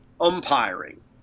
umpiring